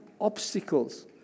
obstacles